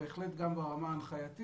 אלא בהחלט גם ברמת ההנחיה,